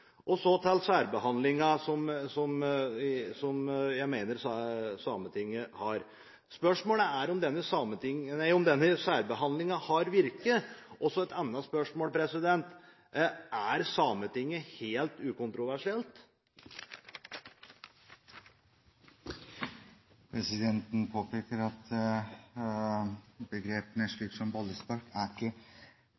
språkene. Så til særbehandlingen, som jeg mener Sametinget har fått. Spørsmålet er om denne særbehandlingen har virket. Så et annet spørsmål: Er Sametinget helt ukontroversielt? Presidenten vil påpeke at